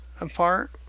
apart